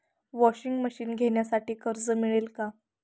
Washing machine घेण्यासाठी कर्ज मिळेल का?